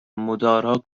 مدارا